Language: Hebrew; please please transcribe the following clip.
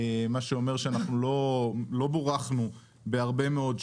מה שאומר שאנחנו לא בורכנו בהרבה מאוד שטח,